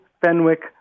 Fenwick